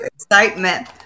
excitement